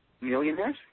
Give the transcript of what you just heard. Millionaires